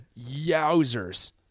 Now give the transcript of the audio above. Yowzers